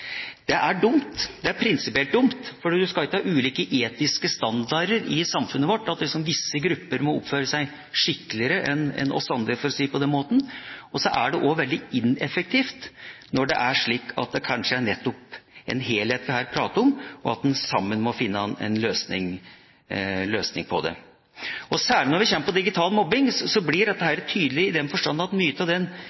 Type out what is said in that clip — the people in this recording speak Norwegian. Det er dumt. Det er i prinsippet dumt, for en skal ikke ha ulike etiske standarder i samfunnet vårt, slik at visse grupper må oppføre seg mer skikkelig enn oss andre, for å si det på den måten. Det også veldig ineffektivt når det kanskje nettopp er en helhet vi her prater om, og at en sammen må finne en løsning på problemet. Særlig når vi kommer til digital mobbing, blir dette tydelig i den forstand at